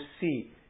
see